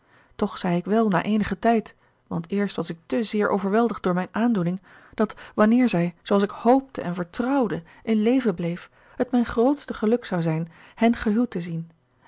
toch zei ik wèl na eenigen tijd want eerst was ik te zeer overweldigd door mijn aandoening dat wanneer zij zooals ik hoopte en vertrouwde in leven bleef het mijn grootste geluk zou zijn hen gehuwd te zien